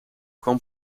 kwam